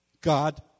God